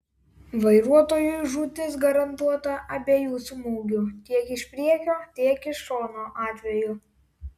vairuotojui žūtis garantuota abiejų smūgių tiek iš priekio tiek iš šono atveju